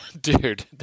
dude